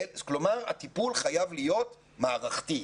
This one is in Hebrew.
כלומר הטיפול חייב להיות מערכתי,